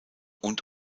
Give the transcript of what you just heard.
und